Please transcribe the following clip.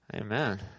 Amen